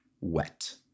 wet